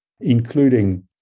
including